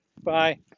Bye